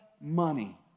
money